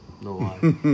No